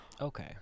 Okay